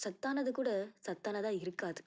சத்தானது கூட சத்தானதாக இருக்காது